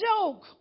joke